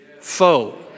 foe